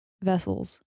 vessels